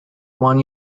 one